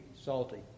salty